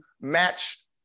match